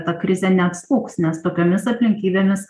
ta krizė neatslūgs nes tokiomis aplinkybėmis